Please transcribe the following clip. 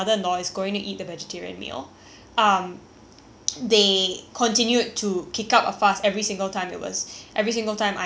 they continued to kick up a fuss every single time it was every single time I asked for the vegetarian meal and I thought that that was very disrespectful